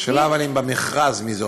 השאלה מי זוכה במכרז.